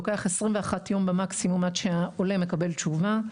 לוקח 21 יום במקסימום עד שהעולה מקבל תשובה,